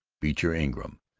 beecher ingram,